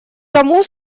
тому